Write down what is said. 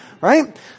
right